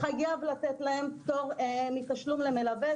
חייבים לתת להם פטור מתשלום למלווה,